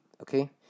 Okay